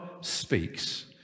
speaks